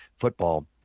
football